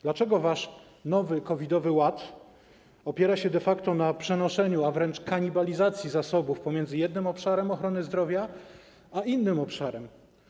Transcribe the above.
Dlaczego wasz nowy COVID-owy ład opiera się de facto na przenoszeniu, a wręcz kanibalizacji, zasobów pomiędzy jednym obszarem ochrony zdrowia a innym obszarem?